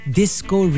disco